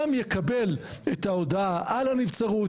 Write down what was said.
גם יקבל את ההודעה על הנבצרות,